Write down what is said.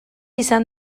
izan